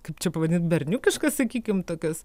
kaip čia pavadint berniukiškas sakykim tokias